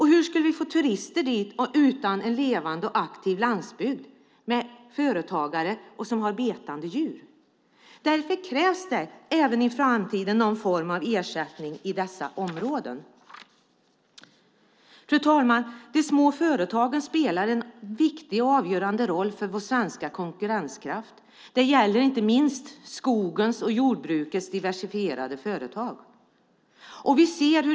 Hur skulle vi få turister dit utan en levande och aktiv landsbygd med företagare som har betande djur? Därför krävs det även i framtiden någon form av ersättning i dessa områden. Fru ålderspresident! De små företagen spelar en avgörande roll för vår svenska konkurrenskraft. Det gäller inte minst skogens och jordbrukets diversifierade företag.